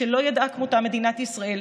שלא ידעה כמותה מדינת ישראל,